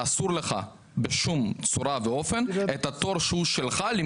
ואסור לך בשום צורה למכור ולסחור בתור שהוא שלך.